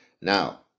Now